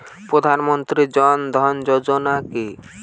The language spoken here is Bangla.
প্রধান মন্ত্রী জন ধন যোজনা কি?